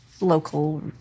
local